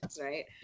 right